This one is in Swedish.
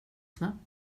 snabbt